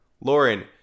lauren